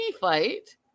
fight